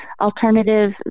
alternative